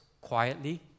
quietly